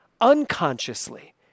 unconsciously